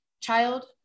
child